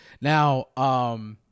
Now